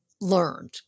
learned